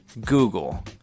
Google